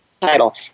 title